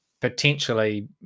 potentially